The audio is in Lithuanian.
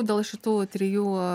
dėl šitų trijų